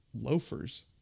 loafers